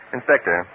Inspector